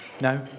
No